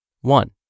One